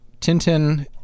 Tintin